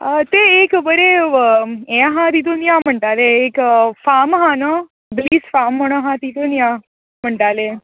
तें एक बरें हें आहा तितून या म्हणटाले एक फार्म आहा नू ब्लिस फार्म म्हणून आहा नू तितून या म्हणटाले